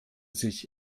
sich